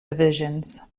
divisions